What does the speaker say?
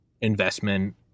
investment